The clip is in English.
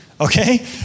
okay